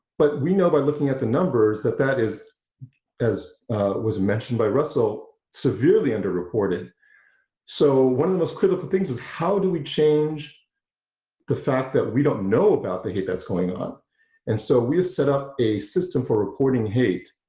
but we know by looking at the numbers that that is as was mentioned by russell, severely underreported so one of the most critical things is how do we change the fact that we don't know about the hate that's going on and so we have set up a system for reporting hate,